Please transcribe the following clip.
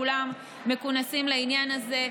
כולם מכונסים לעניין הזה.